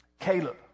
Caleb